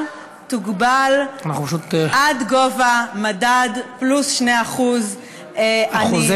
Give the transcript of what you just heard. תוגבל עד גובה המדד פלוס 2%. החוזה